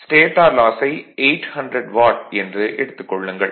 stator லாஸை 800 watt என்று எடுத்துக் கொள்ளுங்கள்